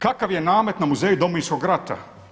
Kakav je namet na muzeju Domovinskog rata?